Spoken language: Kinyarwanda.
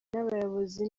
n’abayobozi